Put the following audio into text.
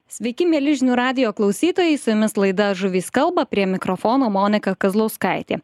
sveiki mieli žinių radijo klausytojai su jumis laida žuvys kalba prie mikrofono monika kazlauskaitė